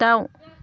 दाउ